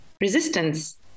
resistance